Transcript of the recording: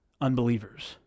unbelievers